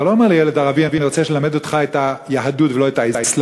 אתה לא אומר לילד ערבי: אני רוצה ללמד אותך את היהדות ולא את האסלאם.